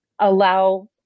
allow